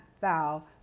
thou